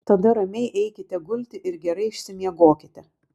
tada ramiai eikite gulti ir gerai išsimiegokite